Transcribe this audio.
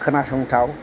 खोनासंथाव